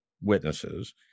witnesses